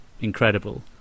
incredible